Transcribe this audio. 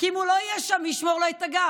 הי אם הוא לא יהיה שם, מי ישמור לו את הגב?